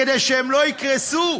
כדי שהם לא יקרסו.